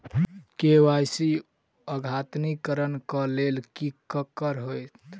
KYC अद्यतनीकरण कऽ लेल की करऽ कऽ हेतइ?